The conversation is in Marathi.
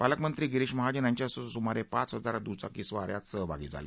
पालकमंत्री गिरीश महाजन यांच्यासह सुमारे पाच हजार दुचाकी स्वार यात सहभागी झाले